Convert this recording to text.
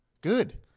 Good